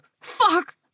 fuck